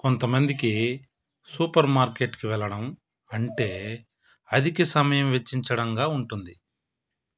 కొంతమందికి సూపర్ మార్కెట్కి వెళ్ళడం అంటే అధిక సమయం వెచ్చించడంగా ఉంటుంది